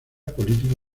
política